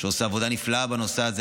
שעושה עבודה נפלאה בנושא הזה,